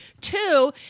two